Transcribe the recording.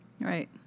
Right